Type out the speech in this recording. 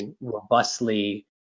robustly